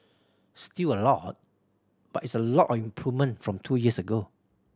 still a lot but it's a lot of improvement from two years ago